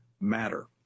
matter